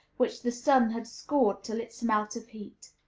which the sun had scorched till it smelt of heat.